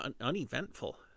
uneventful